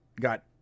got